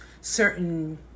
certain